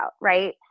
right